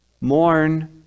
mourn